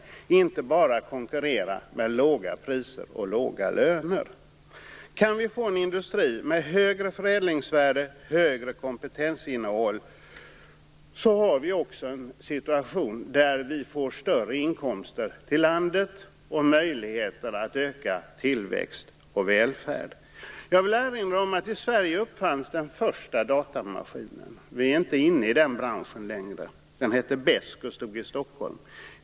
Vi skall inte bara konkurrera med låga löner och låga priser. Kan vi få en industri med högre förädlingsvärde och högre kompetensinnehåll får vi också större inkomster till landet och möjligheter att öka tillväxt och välfärd. Jag vill erinra om att i Sverige uppfanns den första datamaskinen, men vi är inte längre inne i den branschen. Maskinen hette Besk och stod i Stockholm.